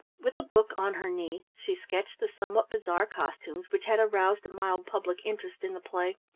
with a book on her knee she sketched the somewhat bizarre costumes which had aroused a mild public interest in the play,